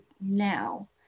now